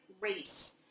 race